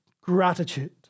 gratitude